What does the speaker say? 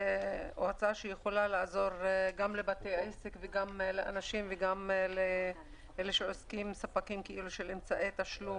הצעה שיכולה לעזור גם לבתי עסק וגם לאנשים וגם לספקים של אמצעי תשלום,